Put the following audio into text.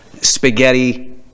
spaghetti